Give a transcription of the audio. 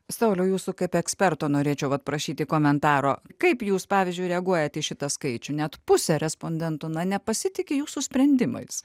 sauliau jūsų kaip eksperto norėčiau vat prašyti komentaro kaip jūs pavyzdžiui reaguojat į šitą skaičių net pusė respondentų na nepasitiki jūsų sprendimais